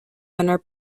winner